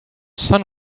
sun